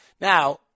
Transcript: now